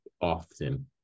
often